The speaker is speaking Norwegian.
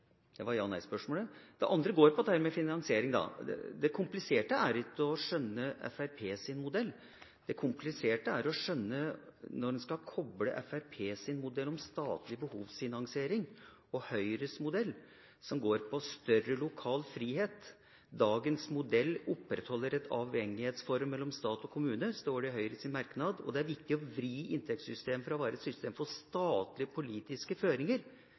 Det var ja- eller nei-spørsmålet. Det andre spørsmålet mitt gjelder finansiering. Det kompliserte er ikke å skjønne Fremskrittspartiets modell. Det kompliserte er å skjønne hvordan man skal koble Fremskrittspartiets modell om statlig behovsfinansiering og Høyres modell, som går på større lokal frihet. «Dagens modell opprettholder et avhengighetsforhold mellom stat og kommune», står det i Høyres merknad. Videre står det at det er «viktig å vri inntektssystemet fra å være et system for statlige politiske føringer